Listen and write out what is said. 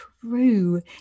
true